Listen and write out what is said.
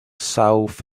south